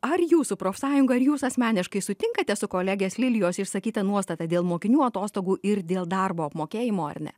ar jūsų profsąjunga ar jūs asmeniškai sutinkate su kolegės lilijos išsakyta nuostata dėl mokinių atostogų ir dėl darbo apmokėjimo ar ne